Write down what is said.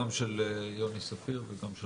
גם של יוני ספיר וגם של